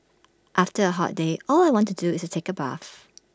after A hot day all I want to do is take A bath